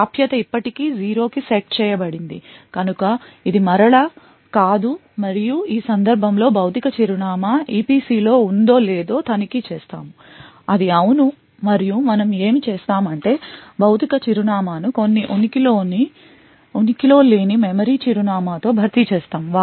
ప్రాప్యత ఇప్పటికీ 0 కి సెట్ చేయబడింది కనుక ఇది మరల కాదు మరియు ఈ సందర్భంలో భౌతిక చిరునామా EPC లో ఉందో లేదో తనిఖీ చేస్తాము అది అవును మరియు మనం ఏమి చేస్తాము అంటే భౌతిక చిరునామా ను కొన్ని ఉనికి లో లేని మెమరీ చిరునామా తో భర్తీ చేస్తాము